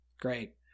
great